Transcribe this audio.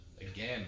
Again